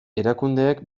erakundeek